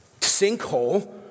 sinkhole